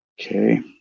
Okay